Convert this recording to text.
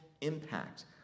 impact